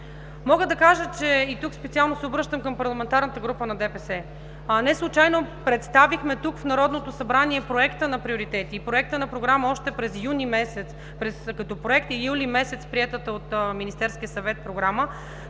Мога да кажа, че, и тук специално се обръщам към парламентарната група на ДПС, неслучайно представихме тук, в Народното събрание, проекта на приоритети и проекта на Програма още през юни месец като проект и приетата юли месец от Министерския съвет Програма,